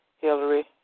Hillary